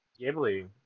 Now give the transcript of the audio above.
Ghibli